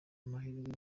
amahirwe